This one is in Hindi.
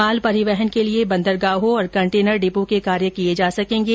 माल परिवहन के लिए बंदरगाहों और कंटेनर डिपो के कार्य भी किये जा सकेंगे